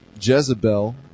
Jezebel